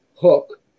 Hook